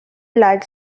like